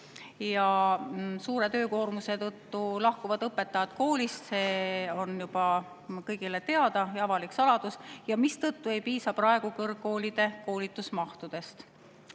Ja suure töökoormuse tõttu lahkuvad õpetajad koolist, see on juba kõigile teada ja avalik saladus, mistõttu ei piisa praegu kõrgkoolide koolitusmahtudest.